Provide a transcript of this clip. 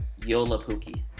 Yolapuki